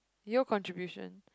your contribution